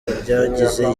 ryagize